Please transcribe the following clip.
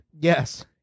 Yes